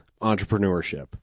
entrepreneurship